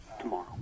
tomorrow